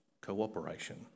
cooperation